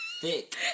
Thick